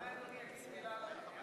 אולי אדוני יגיד מלה על,